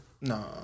No